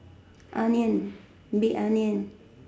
onion big onion